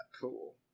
Cool